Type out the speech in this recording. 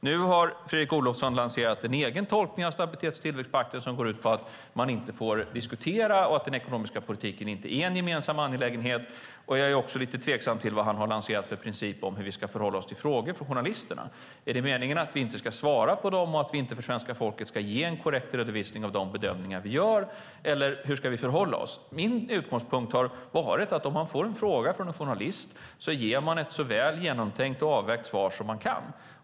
Nu har Fredrik Olovsson lanserat en egen tolkning av stabilitets och tillväxtpakten som går ut på att man inte får diskutera och att den ekonomiska politiken inte är en gemensam angelägenhet. Jag är också lite tveksam till vad han har lanserat för princip om hur vi ska förhålla oss till frågor från journalisterna. Är det meningen att vi inte ska svara på dem och att vi inte för svenska folket ska ge en korrekt redovisning av de bedömningar vi gör? Eller hur ska vi förhålla oss? Min utgångspunkt har varit att om man får en fråga från en journalist ger man ett så väl genomtänkt och avvägt svar som man kan.